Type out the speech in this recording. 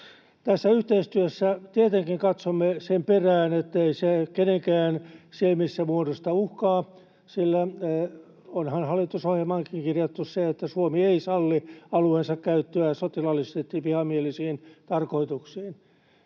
Tässä yhteistyössä tietenkin katsomme sen perään, ettei se kenenkään silmissä muodosta uhkaa, sillä onhan hallitusohjelmaankin kirjattu se, että Suomi ei salli alueensa käyttöä sotilaallisesti vihamielisiin tarkoituksiin.